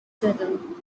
settled